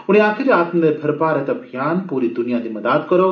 उन्नै आखेआ जे आत्मनिर्भर भारत अभियान पूरी दुनिया दी मदाद करोग